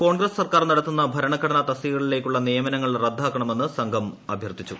കോൺഗ്രസ് സർക്കാർ നടത്തുന്ന ഭരണഘടനാ തസ്തികകളിലേയ്ക്കുള്ള നിയമനങ്ങൾ റദ്ദാക്കണമെന്ന് സംഘം അഭ്യർത്ഥിച്ചു